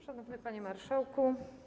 Szanowny Panie Marszałku!